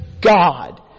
God